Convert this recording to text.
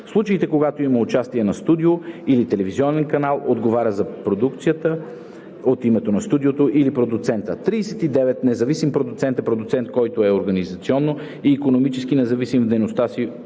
случаите, когато има участие на студио или телевизионен канал, отговаря за продукцията от името на студиото или продуцента. 39. „Независим продуцент“ е продуцент, който е организационно и икономически независим в дейността си